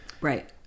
Right